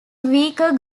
weaker